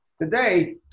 Today